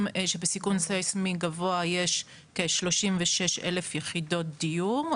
שבסיכון ססמי גבוה יש כ-36,000 יחידות דיור.